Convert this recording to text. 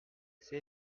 c’est